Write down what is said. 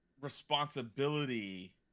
responsibility